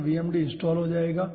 तो VMD install हो जाएगा